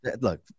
Look